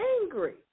angry